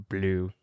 Blue